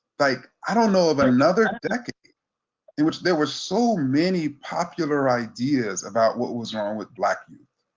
like, i don't know about another decade in which there were so many popular ideas about what was wrong with black youth.